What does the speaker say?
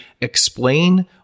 explain